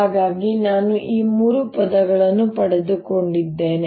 ಹಾಗಾಗಿ ನಾನು ಈ ಮೂರು ಪದಗಳನ್ನು ಪಡೆದುಕೊಂಡಿದ್ದೇನೆ